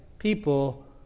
People